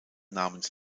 namens